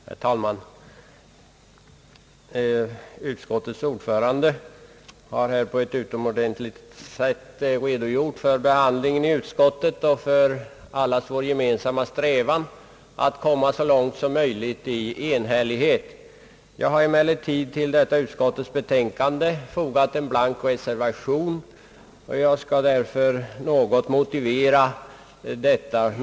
Herr talman! Sammansatta konstitutionsoch första lagutskottets ordfö rande har på ett utomordentligt sätt redogjort för ärendets behandling i utskottet och för allas vår gemensamma strävan att så långt möjligt nå enighet. Jag har emellertid till utskottets betänkande fogat en blank reservation och skall därför något motivera detta.